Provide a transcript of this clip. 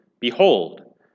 behold